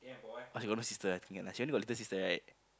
oh she got no sister ah she only got little sister right